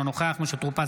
אינו נוכח משה טור פז,